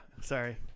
Sorry